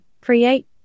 create